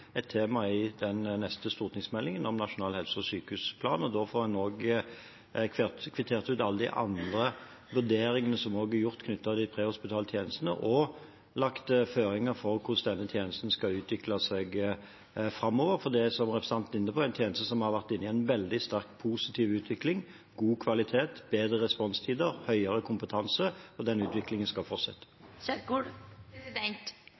et tema i den neste stortingsmeldingen om nasjonal helse- og sykehusplan. Da får en også kvittert ut alle de andre vurderingene som er gjort knyttet til de prehospitale tjenestene, og lagt føringer for hvordan denne tjenesten skal utvikle seg framover, for det er, som representanten er inne på, en tjeneste som har vært inne i en veldig sterk positiv utvikling – god kvalitet, bedre responstider, høyere kompetanse – og den utviklingen skal